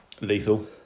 lethal